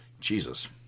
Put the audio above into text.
Jesus